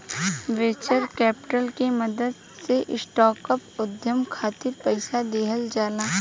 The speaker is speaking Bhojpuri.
वेंचर कैपिटल के मदद से स्टार्टअप उद्योग खातिर पईसा दिहल जाला